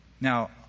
Now